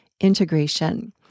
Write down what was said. integration